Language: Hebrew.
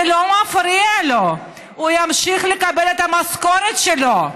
זה לא מפריע לו, הוא ימשיך לקבל את המשכורת שלו.